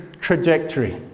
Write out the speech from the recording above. trajectory